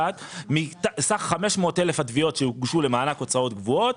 מסך 500,000 התביעות שהוגשו למענק הוצאות קבועות,